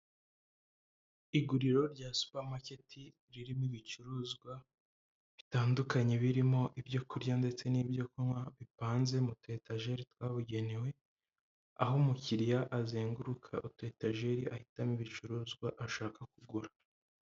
Iguriro rya supa maketi ririmo ibicuruzwa bitandukanye birimo ibyo kurya ndetse n'ibyo kunywa bipanze mutu etajeri twabugenewe, aho umukiriya azenguruka etajeri ahitamo ibicuruzwa ashaka kugura.